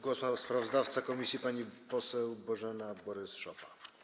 Głos ma sprawozdawca komisji pani poseł Bożena Borys-Szopa.